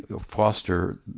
foster